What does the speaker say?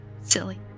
silly